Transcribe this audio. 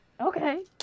Okay